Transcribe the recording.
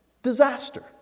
Disaster